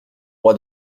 roi